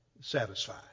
Satisfied